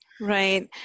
Right